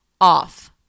off